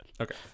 Okay